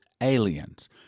aliens